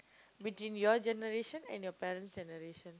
within your generation and your parent's generation